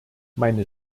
meine